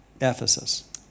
Ephesus